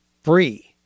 free